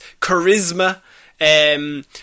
charisma